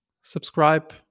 subscribe